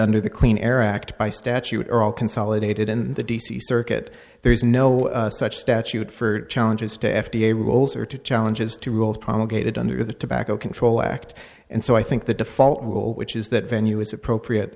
under the clean air act by statute or all consolidated in the d c circuit there is no such statute for challenges to f d a rules or to challenges to rules promulgated under the tobacco control act and so i think the default rule which is that venue is appropriate